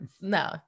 no